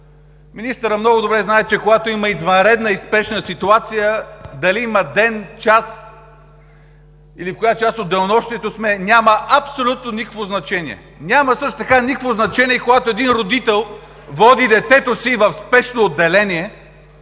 Министърът много добре знае, че когато има извънредна и спешна ситуация дали има ден, час или кой час от денонощието сме, няма абсолютно никакво значение. Няма също така никакво значение и това, когато един родител води детето си в спешно отделение,